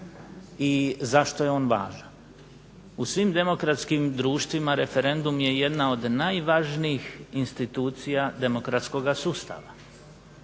i zašto je on važan. U svim demokratskim društvima referendum je jedna od najvažnijih institucija demokratskoga sustava,